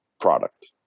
product